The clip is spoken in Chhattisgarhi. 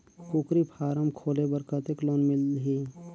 कूकरी फारम खोले बर कतेक लोन मिलही?